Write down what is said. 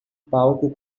palco